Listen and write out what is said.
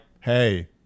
Hey